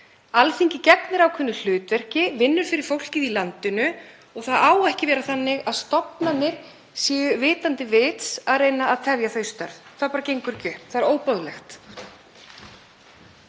Alþingi gegnir ákveðnu hlutverki, vinnur fyrir fólkið í landinu og það á ekki að vera þannig að stofnanir séu vitandi vits að reyna að tefja þau störf. Það bara gengur ekki upp. Það er óboðlegt.